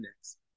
next